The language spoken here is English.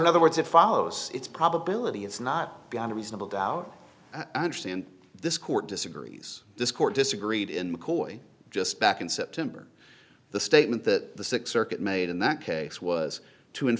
other words if follows it's probability it's not beyond a reasonable doubt i understand this court disagrees this court disagreed in mccoy just back in september the statement that the six circuit made in that case was to